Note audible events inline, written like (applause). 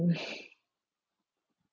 (noise)